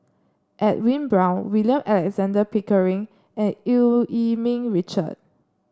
Edwin Brown William Alexander Pickering and Eu Yee Ming Richard